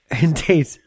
indeed